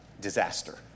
disaster